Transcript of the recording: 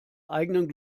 eigenen